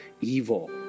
evil